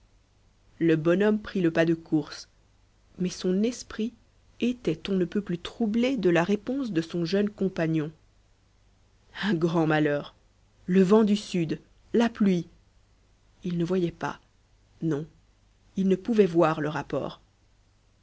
le bonhomme prit le pas de course mais son esprit était on ne peut plus troublé de la réponse de son jeune compagnon un grand malheur le vent du sud la pluie il ne voyait pas non il ne pouvait voir le rapport